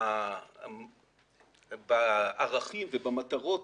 בערכים ובמטרות